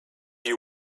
you